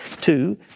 Two